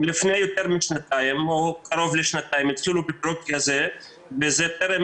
לפני קרוב לשנתיים התחילו בפרויקט הזה וזה טרם